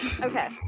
Okay